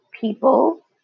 people